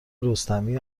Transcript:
رستمی